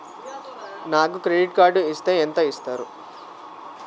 నాకు credit card ఇస్తే ఎంత ఇస్తరు?